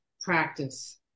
practice